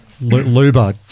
Luba